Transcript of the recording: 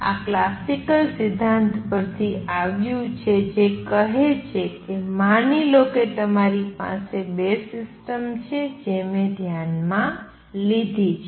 અને આ ક્લાસિકલ સિદ્ધાંત પરથી આવ્યુ છે જે કહે છે કે માની લો કે તમારી ૨ સિસ્ટમ્સ છે જે મેં ધ્યાનમાં લીધી છે